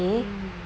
mm